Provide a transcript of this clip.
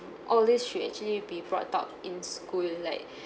all this should actually be brought out in school like